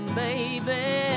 baby